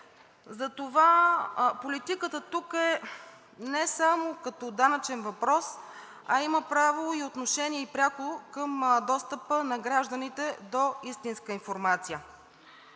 Затова политиката тук е не само като данъчен въпрос, а има и пряко отношение към достъпа на гражданите до истинска информация.